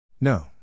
No